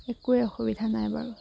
একোৱে অসুবিধা নাই বাৰু